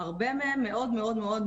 הרבה מהם מאוד מאוד,